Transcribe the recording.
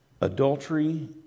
adultery